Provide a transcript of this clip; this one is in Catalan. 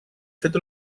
fet